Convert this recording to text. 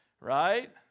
right